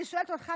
אני שואלת אותך,